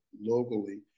locally